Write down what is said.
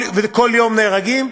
כל יום נהרגים.